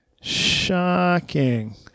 Shocking